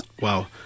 Wow